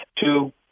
two